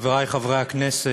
חברי חברי הכנסת,